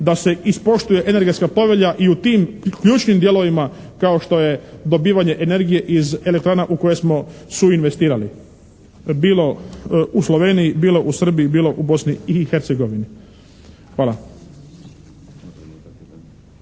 da se ispoštuje energetska povelja i u tim ključnim dijelovima kao što je dobivanje energije iz elektrana u koje smo suinvestirali, bilo u Sloveniji, bilo u Srbiji, bilo u Bosni i Hercegovini? Hvala.